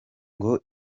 ngo